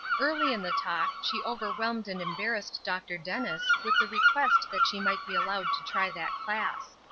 early in the talk she overwhelmed and embarrassed dr. dennis with the request that she might be allowed to try that class.